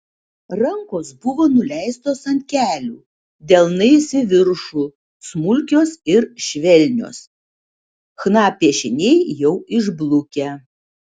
rankos buvo nuleistos ant kelių delnais į viršų smulkios ir švelnios chna piešiniai jau išblukę